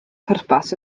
pwrpas